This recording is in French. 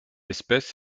espèce